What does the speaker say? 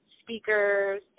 speakers